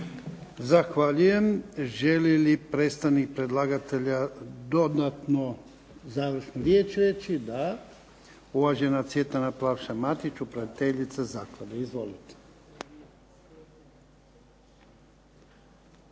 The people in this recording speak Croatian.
Zahvaljujem. Želi li predstavnik predlagatelja dodatno završnu riječ reći? Da. uvažena Cvjetana Plavša Matić upraviteljica zaklade. Izvolite.